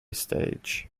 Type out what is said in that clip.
stage